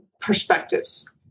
perspectives